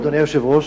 אדוני היושב-ראש,